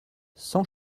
cent